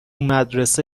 مدرسه